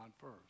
first